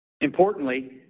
importantly